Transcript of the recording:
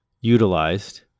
utilized